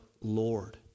Lord